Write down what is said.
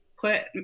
put